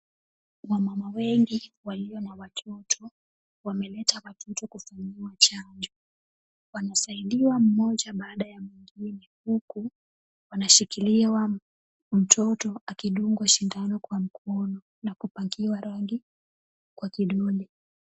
Wamama wengi walio na watoto, wameleta watoto kwa sababu ya chanjo. Wanasaidiwa mmoja baada ya mwingine huku wanashukiliwa mtoto akidungwa sindano kwa mkono na kupakia rangi kwa kidole.